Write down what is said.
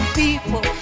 people